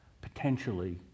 potentially